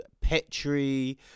Petri